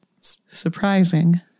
Surprising